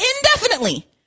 indefinitely